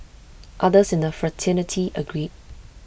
others in the fraternity agreed